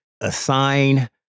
assign